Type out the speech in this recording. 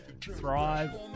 thrive